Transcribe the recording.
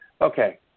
Okay